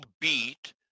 beat